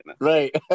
Right